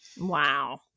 Wow